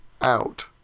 out